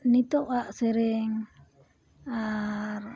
ᱱᱤᱛᱳᱜᱼᱟᱜ ᱥᱮᱨᱮᱧ ᱟᱨ